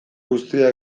guztia